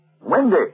Wendy